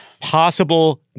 Possible